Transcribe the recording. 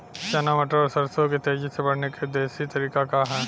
चना मटर और सरसों के तेजी से बढ़ने क देशी तरीका का ह?